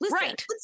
Right